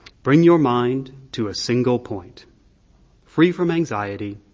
bring your mind to a single point free from anxiety,